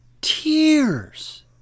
tears